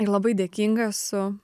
ir labai dėkinga esu